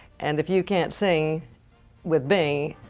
and if you can't sing with bing,